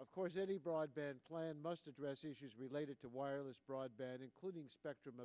of course any broadband plan must address issues related to wireless broadband including spectrum